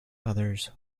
others